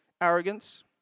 arrogance